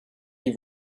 die